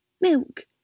Milk